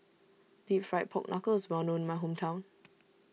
Deep Fried Pork Knuckle is well known in my hometown